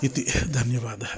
इति धन्यवादः